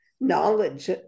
knowledge